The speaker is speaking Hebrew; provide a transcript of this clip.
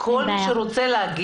כל מי שרוצה לומר